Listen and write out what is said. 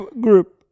group